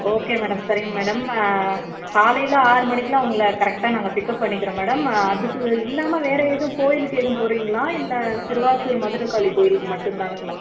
okay madam சரிங்க madam காலையில் ஆறு மணிக்கெலாம் உங்களை கரெக்டாக நாங்கள் பிக்கப் பண்ணிக்கிறோம் மேடம் அதுக்கு இல்லாமல் வேறு எதுவும் கோவிலுக்கு எதுவும் போகிறிங்களா இல்லை சிறுவாச்சூர் மதுர காளி கோயிலுக்கு மட்டும்தானுங்களா